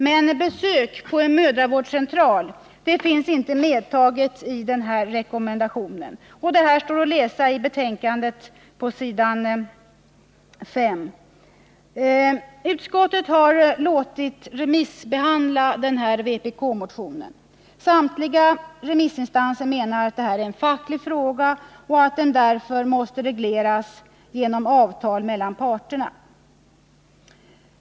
Men besök vid en mödravårdscentral finns inte medtaget i denna rekommendation. Det här står att läsa på s. 5 i betänkandet. Utskottet har låtit remissbehandla vår motion. Samtliga remissinstanser menar att det är en facklig fråga och att den därför måste regleras genom avtal mellan parterna.